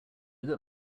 that